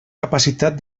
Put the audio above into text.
capacitat